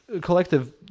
collective